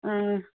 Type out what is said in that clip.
आं